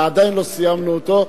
ועדיין לא סיימנו אותו,